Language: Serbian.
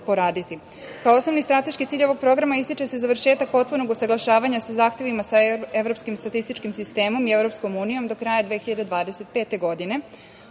osnovni strateški cilj ovog programa ističe se završetak potpunog usaglašavanja sa zahtevima sa Evropskim statističkim sistemom i EU do kraja 2025. godine.